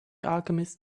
alchemist